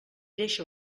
deixa